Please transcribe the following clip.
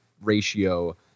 ratio